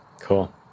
Cool